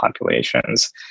populations